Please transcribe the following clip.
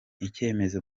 icyemezo